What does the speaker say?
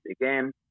again